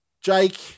Jake